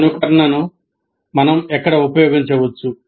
అనుకరణను మనం ఎక్కడ ఉపయోగించవచ్చు